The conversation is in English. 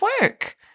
work